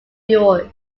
york